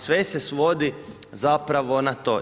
Sve se svodi zapravo na to.